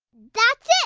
that's it.